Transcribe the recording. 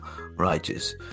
righteous